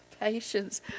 patience